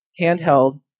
handheld